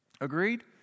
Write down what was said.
Agreed